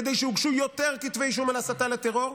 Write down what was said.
כדי שיוגשו יותר כתבי אישום על הסתה לטרור,